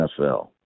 NFL